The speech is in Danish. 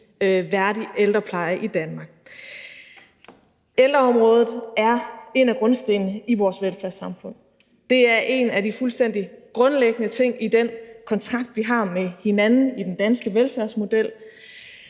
værdig ældrepleje i Danmark. Ældreområdet er en af grundstenene i vores velfærdssamfund. Det er en af de fuldstændig grundlæggende ting i den kontrakt, vi har med hinanden, i den danske velfærdsmodel.